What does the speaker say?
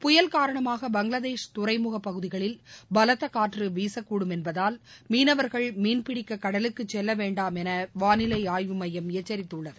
புயல் காரணமாக பங்களாதேஷ் துறைமுகபகுதிகளில் பலத்தகாற்றுவீசக்கூடும் என்பதால் மீனவா்கள் மீன்பிடிக்ககடலுக்குசெல்லவேண்டும் எனவானிலைஆய்வு மையம் எச்சரித்துள்ளது